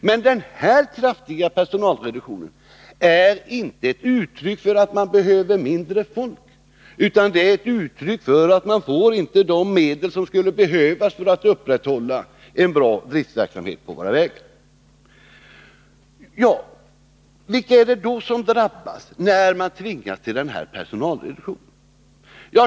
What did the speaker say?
Men den kraftiga personalreduktionen är inte ett uttryck för att man behöver ett mindre antal anställda, utan det är ett uttryck för att man inte får de medel som skulle behövas för att upprätthålla en bra driftverksamhet på våra vägar. Vilka är det då som drabbas när man tvingas till den här personalreduktionen?